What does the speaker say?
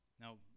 Now